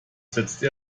setzte